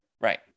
Right